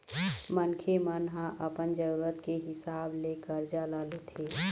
मनखे मन ह अपन जरुरत के हिसाब ले करजा ल लेथे